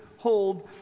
hold